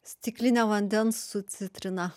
stiklinė vandens su citrina